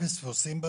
אין פספוסים?